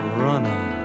runner